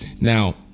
Now